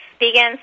vegans